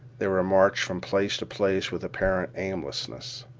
they were marched from place to place with apparent aimlessness.